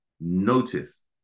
notice